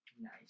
Nice